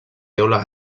teula